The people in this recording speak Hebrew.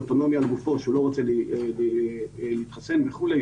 אוטונומיה על גופו שלא רוצה להתחסן וכולי